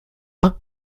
peints